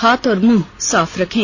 हाथ और मुंह साफ रखें